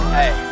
hey